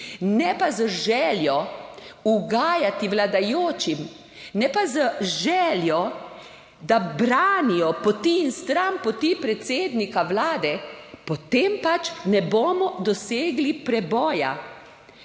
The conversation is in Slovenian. ne pa z željo ugajati vladajočim, ne pa z željo, da branijo poti in stranpoti predsednika vlade, potem pač ne bomo dosegli preboja.